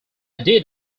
did